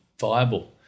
viable